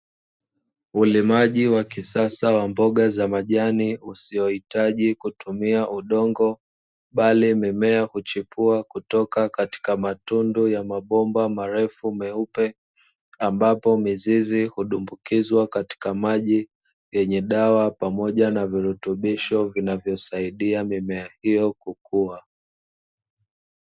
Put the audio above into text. Ulimaji wa kisasa wa mboga za majani usiohitaji kutumia udongo bali mimea huchipua kutoka katika matundu ya mabomba marefu meupe, ambapo mizizi hudumbukizwa katika maji yenye dawa pamoja na virutubisho vinavyosaidia mimea hiyo kukua.